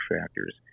factors